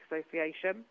Association